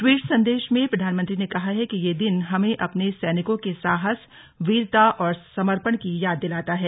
tweet संदेश में प्रधानमंत्री ने कहा है कि यह दिन हमें अपने सैनिकों के साहस वीरता और समर्पण की याद दिलाता है